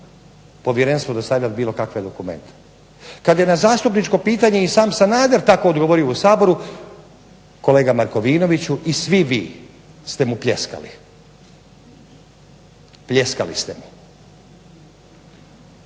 povjerenstvu dostavljat bilo kakve dokumente. Kad je na zastupničko pitanje i sam Sanader tako odgovorio u Saboru, kolega Markovinoviću i svi vi ste mu pljeskali. Pljeskali ste mu.